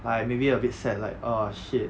like maybe a bit sad like uh shit